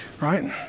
right